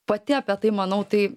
pati apie tai manau tai